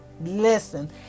Listen